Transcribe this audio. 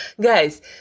guys